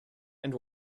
and